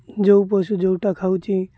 ଯେଉଁ ପଶୁ ଯେଉଁଟା ଖାଉଛି